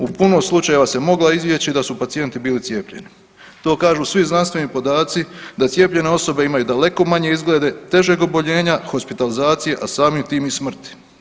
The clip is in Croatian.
U puno slučajeva se mogla izbjeći da su pacijenti bili cijepljeni to kažu svi znanstveni podaci, da cijepljene osobe imaju daleko manje izglede težeg oboljenja, hospitalizacije, a samim tim i smrti.